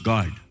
God